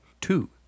Two